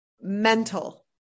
mental